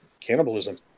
Cannibalism